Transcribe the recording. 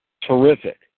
Terrific